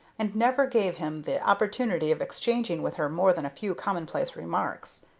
and never gave him the opportunity of exchanging with her more than a few commonplace remarks.